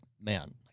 man